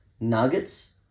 Nuggets